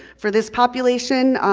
for this population,